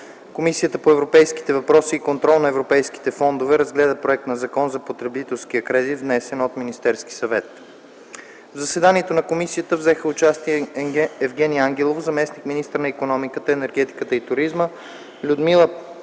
Комисията по европейските въпроси и контрол на европейските фондове разгледа Законопроекта за потребителския кредит, внесен от Министерския съвет. В заседанието на комисията взеха участие: Евгени Ангелов – заместник-министър на икономиката, енергетиката и туризма, Людмила Пеовска